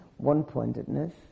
one-pointedness